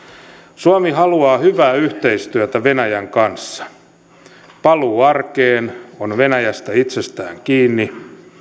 suomi haluaa hyvää yhteistyötä venäjän kanssa paluu arkeen on venäjästä itsestään kiinni